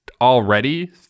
already